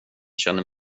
känner